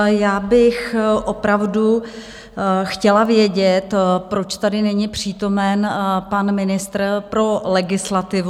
Já bych opravdu chtěla vědět, proč tady není přítomen pan ministr pro legislativu.